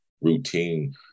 routine